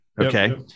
Okay